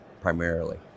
primarily